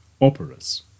operas